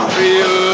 feel